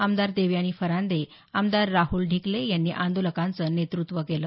आमदार देवयानी फरांदे आमदार राहल ढिकले यांनी याचं नेतत्त्व केलं